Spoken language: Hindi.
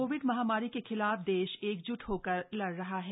कोविड महामारी के खिलाफ देश एकजुट होकर लड़ रहा है